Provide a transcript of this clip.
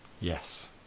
Yes